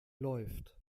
läuft